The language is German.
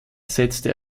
setzte